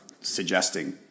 suggesting